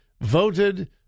voted